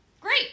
great